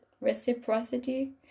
reciprocity